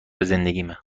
زندگیمه